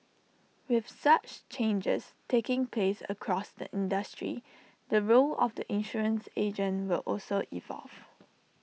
with such changes taking place across the industry the role of the insurance agent will also evolve